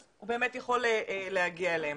אז הוא באמת יכול להגיע אליהם.